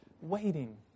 waiting